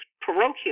parochial